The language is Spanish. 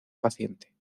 paciente